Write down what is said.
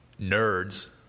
nerds